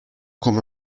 come